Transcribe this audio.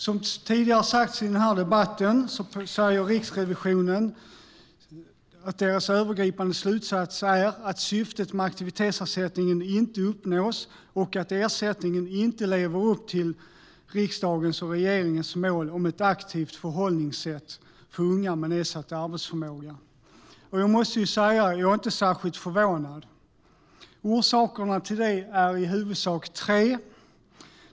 Som tidigare har sagts i debatten är Riksrevisionens övergripande slutsats att syftet med aktivitetsersättningen inte uppnås och att ersättningen inte lever upp till riksdagens och regeringens mål om ett aktivt förhållningssätt för unga med nedsatt arbetsförmåga. Jag måste säga att jag inte är särskilt förvånad. Orsakerna till detta är i huvudsak tre.